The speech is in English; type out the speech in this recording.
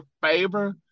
favor